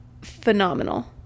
phenomenal